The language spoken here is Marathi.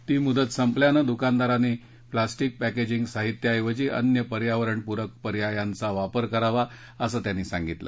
ती मुदत संपल्यानं दुकानदारांनी प्लास्टिक पक्केजिंग साहित्याऐवजी अन्य पर्यावरणपूरक पर्यायांचा वापर करावा असं त्यांनी सांगितलं